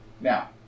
Now